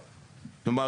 כלומר,